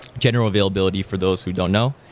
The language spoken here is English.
general availability for those who don't know.